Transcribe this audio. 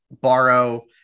borrow